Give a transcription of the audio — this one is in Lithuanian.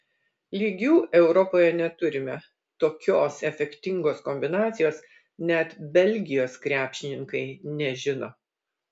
lygių europoje neturime tokios efektingos kombinacijos net belgijos krepšininkai nežino